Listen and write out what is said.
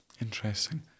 Interesting